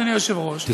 אדוני היושב-ראש,